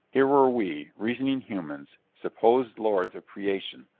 here were we, reasoning humans, supposed lords of creation,